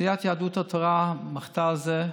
סיעת יהדות התורה מחתה על זה,